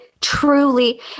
truly